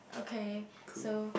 okay so